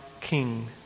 king